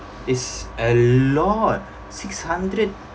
it's a lot six hundred